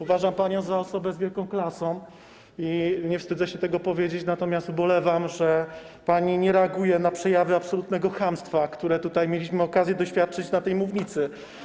Uważam panią za osobę z wielką klasą i nie wstydzę się tego powiedzieć, natomiast ubolewam, że pani nie reaguje na przejawy absolutnego chamstwa, którego mieliśmy okazję doświadczyć z tej mównicy.